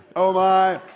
oh my,